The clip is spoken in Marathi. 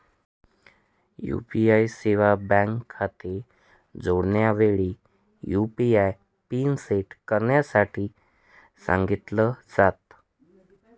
यू.पी.आय सेवा बँक खाते जोडण्याच्या वेळी, यु.पी.आय पिन सेट करण्यासाठी सांगितल जात